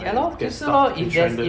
ya lor 就是 lor if there's if